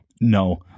No